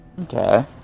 Okay